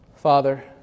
Father